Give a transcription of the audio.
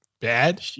Bad